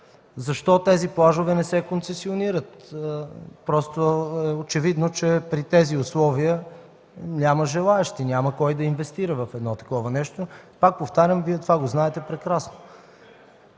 защо тези плажове не се отдават на концесия. Очевидно е, че при тези условия няма желаещи, няма кой да инвестира в едно такова нещо. Пак повтарям, Вие това го знаете прекрасно.